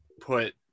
put